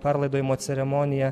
perlaidojimo ceremoniją